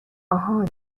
آهان